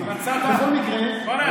בכל מקרה, לוין,